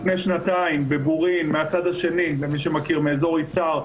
לפני שנתיים בבורין מהצד השני מי שמכיר מאזור יצהר,